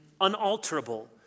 unalterable